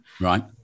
Right